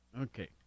Okay